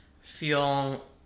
feel